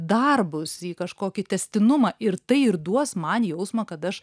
darbus į kažkokį tęstinumą ir tai ir duos man jausmą kad aš